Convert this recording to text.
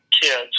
kids